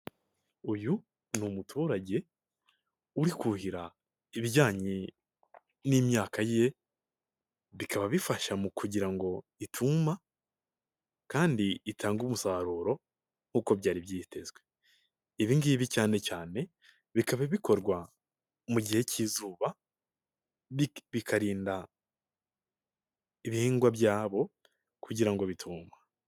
Uyu ni umuturage uri kuhira ibijyanye n'imyaka ye bikaba bifasha mu kugira ngo ituma kandi itange umusaruro nk'uko byari byitezwe, ibi ngibi cyane cyane bikaba bikorwa mu gihe cy'izuba bikarinda ibihingwa byabo kugira ngo bituma.